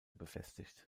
befestigt